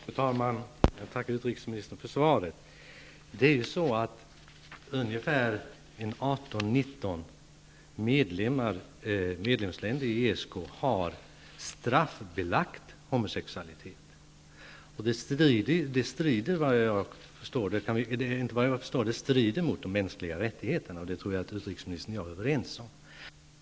Fru talman! Jag tackar utrikesministern för svaret. 18-19 medlemsländer inom ESK har straffbelagt homosexualiteten. Det strider mot de mänskliga rättigheterna. Det tror jag att utrikesministern och jag är överens om.